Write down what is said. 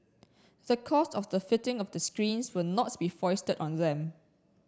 the cost of the fitting of the screens will not be foisted on them